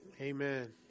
amen